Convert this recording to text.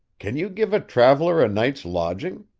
can you give a traveller a night's lodging